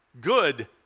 good